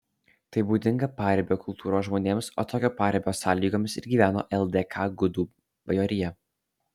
tai būdinga paribio kultūros žmonėms o tokio paribio sąlygomis ir gyveno ldk gudų bajorija